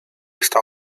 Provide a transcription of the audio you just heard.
esta